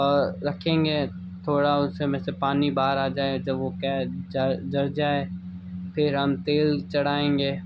रखेंगे थोड़ा उसमें से पानी बाहर आ जाए जब वो क्या है झड़ झड़ जाए फिर हम तेल चढ़ाएंगे